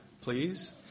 please